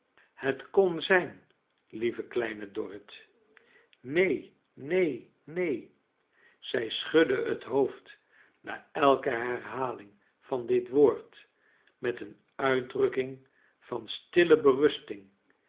het kon zijn lieve kleine dorrit neen neen neen zij scliadde het hoofd na elke herhaling van dit woord met een uitdrukking van stille berusting